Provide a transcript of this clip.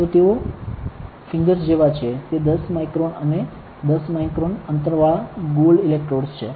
તો તેઓ ફિંગર્સ જેવા છે તે 10 માઇક્રોન અને 10 માઇક્રોન અંતરવાળા ગોલ્ડ ઇલેક્ટ્રોડ્સ છે